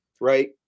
right